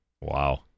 Wow